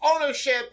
ownership